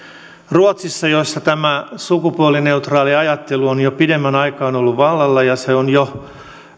ruotsissa missä tämä sukupuolineutraali ajattelu on jo pidemmän aikaa ollut vallalla ja se on jo